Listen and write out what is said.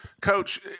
Coach